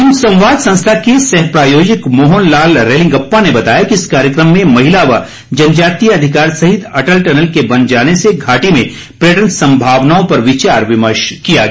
हिमसंवाद संस्था के सहप्रायोजक मोहन लाल रेलिंगपा ने बताया कि इस कार्यक्रम में महिला व जनजातीय अधिकार सहित अटल टनल के बन जाने से घाटी में पर्यटन संभावनाओं पर विचार विमर्श किया गया